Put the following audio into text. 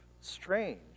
strange